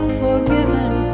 forgiven